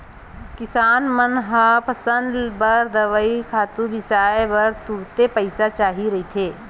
किसान मन ल फसल बर दवई, खातू बिसाए बर तुरते पइसा चाही रहिथे